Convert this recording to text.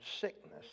sickness